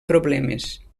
problemes